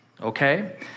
okay